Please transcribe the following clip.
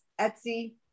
Etsy